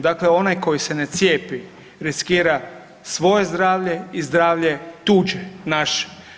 Dakle, onaj koji se na cijepi riskira svoje zdravlje i zdravlje tuđe, naše.